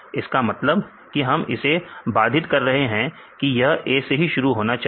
इसका मतलब कि हम इसे बाधित कर रहे हैं की यह A से ही शुरु होना चाहिए